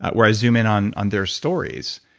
but where i zoom in on on their stories.